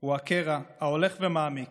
הוא הקרע ההולך ומעמיק